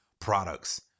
products